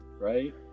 right